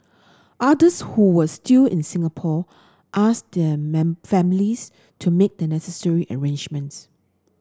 others who were still in Singapore asked their men families to make the necessary arrangements